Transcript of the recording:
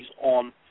on